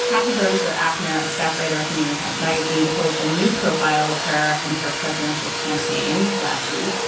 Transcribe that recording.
taffy broadus or actor a staff writer at the new york times magazine published a new profile of her and her presidential campaign last week.